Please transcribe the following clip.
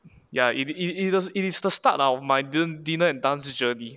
ya it is a it is the start out of my dinner and dance journey